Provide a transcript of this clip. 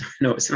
No